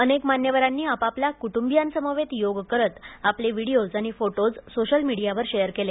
अनेक मान्यवरांनी आपापल्या कुटूंबियांसमवेत योग करत आपले व्हिडीओज आणि फोटोज सोशल मिडियावर शेअर केले